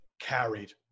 Carried